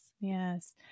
Yes